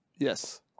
Yes